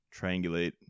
triangulate